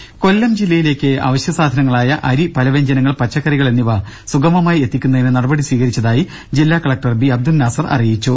രുക കൊല്ലം ജില്ലയിലേക്ക് അവശ്യസാധനങ്ങളായ അരി പലവ്യഞ്ജനങ്ങൾ പച്ചക്കറികൾ എന്നിവ സുഗമമായി എത്തിക്കുന്നതിന് നടപടി സ്വീകരിച്ചതായി ജില്ലാ കലക്ടർ ബി അബ്ദുൽ നാസർ അറിയിച്ചു